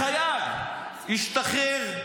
לחייל, השתחרר,